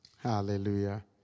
Hallelujah